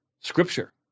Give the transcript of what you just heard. scripture